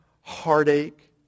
heartache